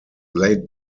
laid